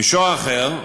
מישור אחר: